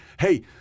Hey